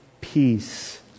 peace